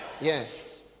Yes